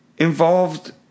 Involved